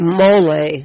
mole